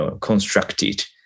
constructed